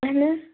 اَہَنہٕ